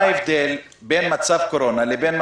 מה ההבדל בין מצב קורונה לבין,